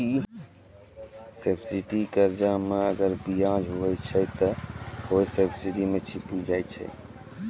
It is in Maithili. सब्सिडी कर्जा मे अगर बियाज हुवै छै ते हौ सब्सिडी मे छिपी जाय छै